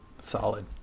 solid